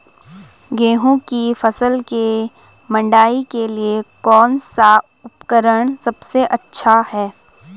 गेहूँ की फसल की मड़ाई के लिए कौन सा उपकरण सबसे अच्छा है?